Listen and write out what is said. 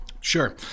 Sure